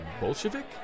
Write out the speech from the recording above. Bolshevik